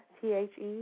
T-H-E